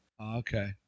Okay